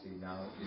now